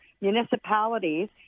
municipalities